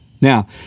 Now